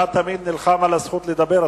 אתה תמיד נלחם על הזכות לדבר.